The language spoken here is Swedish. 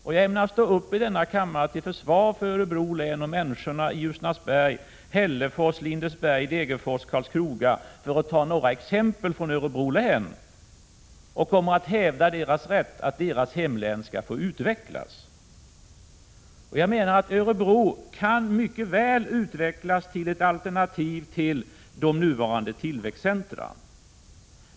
Jag ämnar stå upp i denna kammare till försvar för Örebro län, för människorna i Ljusnarsberg, Hällefors, Lindesberg, Degerfors och Karlskoga, för att ta några exempel från Örebro län. Jag kommer att hävda att deras hemlän skall få utvecklas. Örebro kan mycket väl utvecklas till ett alternativ till de nuvarande tillväxtcentra.